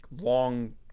long